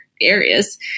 areas